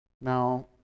Now